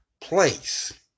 place